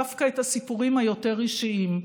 דווקא את הסיפורים היותר-אישיים,